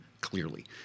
clearly